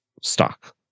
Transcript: stock